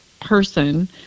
person